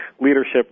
leadership